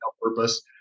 purpose